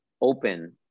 open